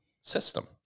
system